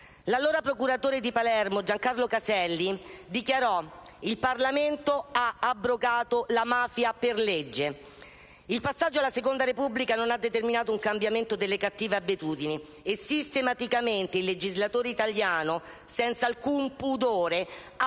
L'allora procuratore di Palermo, Giancarlo Caselli, dichiarò che il Parlamento aveva abrogato la mafia per legge. Il passaggio alla seconda Repubblica non ha determinato un cambiamento delle cattive abitudini e sistematicamente il legislatore italiano, senza alcun pudore, ha